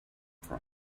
from